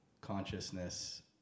consciousness